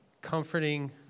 comforting